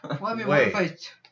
wait